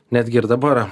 netgi ir dabar